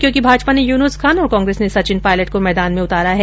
क्योंकि भाजपा ने यूनुस खान और कांग्रेस ने सचिन पायलट को मैदान में उतारा हैं